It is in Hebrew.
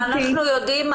אנחנו יודעים,